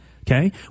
Okay